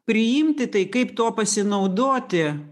priimti tai kaip tuo pasinaudoti